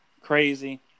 crazy